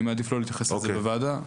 אני מעדיף לא להתייחס לזה בוועדה.